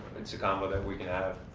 it's a combo that we can have.